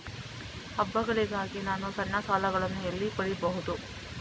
ಹಬ್ಬಗಳಿಗಾಗಿ ನಾನು ಸಣ್ಣ ಸಾಲಗಳನ್ನು ಎಲ್ಲಿ ಪಡಿಬಹುದು?